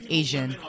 asian